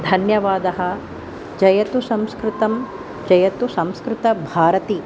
धन्यवादः जयतु संस्कृतं जयतु संस्कृतभारती